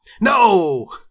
No